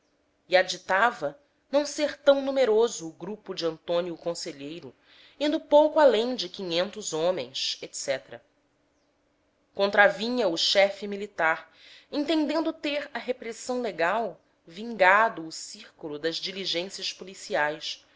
e aditava não ser tão numeroso o grupo de antônio conselheiro indo pouco além de quinhentos homens etc contravinha o chefe militar entendendo ter a repressão legal vingado o círculo das diligências policiais